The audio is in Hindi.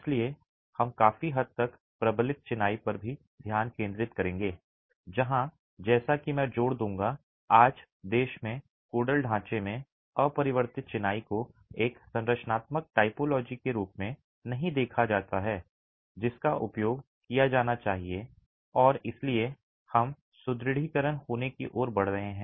इसलिए हम काफी हद तक प्रबलित चिनाई पर भी ध्यान केंद्रित करेंगे जहां जैसा कि मैं जोर दूंगा आज देश में कोडल ढांचे में अपरिवर्तित चिनाई को एक संरचनात्मक टाइपोलॉजी के रूप में नहीं देखा जाता है जिसका उपयोग किया जाना चाहिए और इसलिए हम सुदृढीकरण होने की ओर बढ़ रहे हैं